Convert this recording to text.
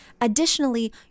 additionally